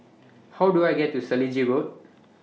How Do I get to Selegie Road